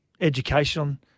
education